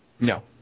No